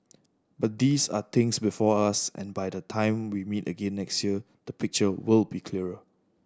but these are things before us and by the time we meet again next year the picture will be clearer